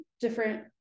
different